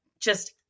just-